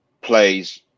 plays